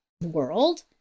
world